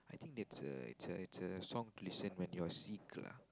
I think it's a it's a it's a song listen when you're sick lah